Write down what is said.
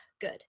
Good